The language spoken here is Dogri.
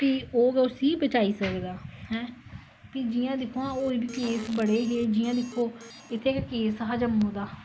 फिह् ओह् गै उसी बचाई सकदा है फ्ही जियां दिक्खो हां होर बी केस बने हे जियां दिक्खो इद्धर दा गै इक केस हा जम्मू दा